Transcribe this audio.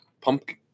Pumpkin